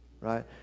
right